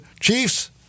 Chiefs